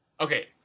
Okay